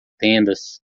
tendas